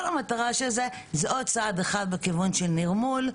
כל המטרה של זה - עוד צעד בכיוון של נרמול.